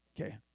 Okay